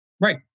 Right